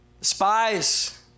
Spies